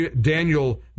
Daniel